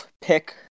pick